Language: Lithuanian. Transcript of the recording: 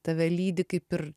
tave lydi kaip ir